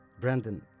Brandon